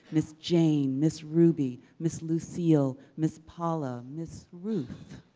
miss jane, miss ruby, miss lucille, miss paula, miss ruth.